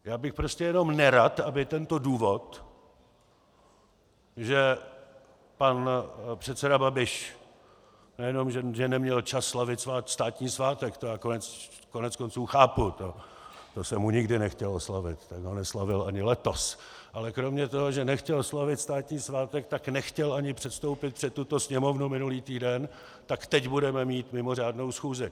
Já bych prostě jenom nerad, aby tento důvod, že pan předseda Babiš nejenom že neměl čas slavit státní svátek, to koneckonců chápu, to se mu nikdy nechtělo slavit, tak neslavil ani letos, ale kromě toho, že nechtěl slavit státní svátek, tak nechtěl ani předstoupit před tuto Sněmovnu minulý týden, tak teď budeme mít mimořádnou schůzi.